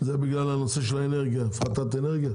זה בגלל הנושא של הפחתת האנרגיה?